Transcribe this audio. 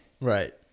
Right